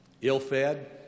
ill-fed